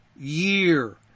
year